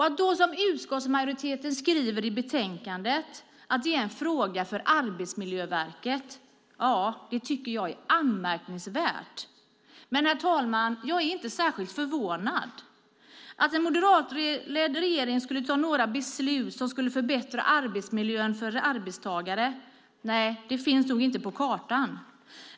Att utskottsmajoriteten i betänkandet skriver att det är en fråga för Arbetsmiljöverket tycker jag är anmärkningsvärt, men, herr talman, jag är inte särskilt förvånad. Att en moderatledd regering skulle fatta några beslut som förbättrade arbetsmiljön för arbetstagare finns nog inte på kartan.